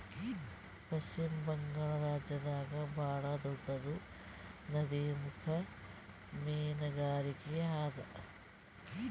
ಪಶ್ಚಿಮ ಬಂಗಾಳ್ ರಾಜ್ಯದಾಗ್ ಭಾಳ್ ದೊಡ್ಡದ್ ನದಿಮುಖ ಮೀನ್ಗಾರಿಕೆ ಅದಾ